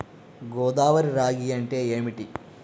గోదావరి రాగి అంటే ఏమిటి?